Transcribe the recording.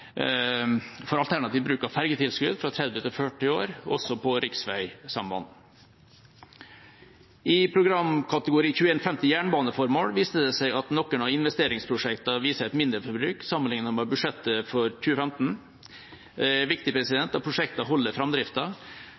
for alternativ bruk av fergetilskudd fra 30 til 40 år også på riksveisamband. I programkategori 21.50 Jernbaneformål viste det seg at noen av investeringsprosjektene viser et mindreforbruk sammenliknet med budsjettet for 2015. Det er viktig at prosjektene holder